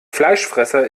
fleischfresser